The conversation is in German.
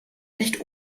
nicht